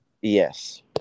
Yes